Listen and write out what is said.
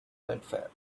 wildfire